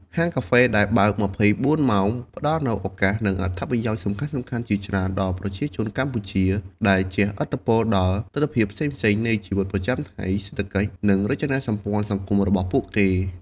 ហាងកាហ្វេដែលបើក ២៤ ម៉ោងផ្តល់នូវឱកាស និងអត្ថប្រយោជន៍សំខាន់ៗជាច្រើនដល់ប្រជាជនកម្ពុជា ដែលជះឥទ្ធិពលដល់ទិដ្ឋភាពផ្សេងៗនៃជីវិតប្រចាំថ្ងៃ សេដ្ឋកិច្ច និងរចនាសម្ព័ន្ធសង្គមរបស់ពួកគេ។